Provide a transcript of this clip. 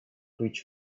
which